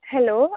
hello